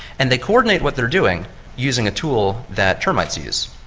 and they coordinate what they are doing using a tool that termites use.